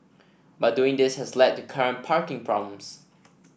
but doing this has led to current parking problems